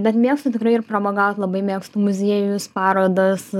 bet mėgstu tikrai ir pramogaut labai mėgstu muziejus parodas